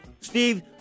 Steve